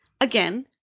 again